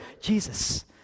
Jesus